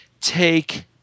take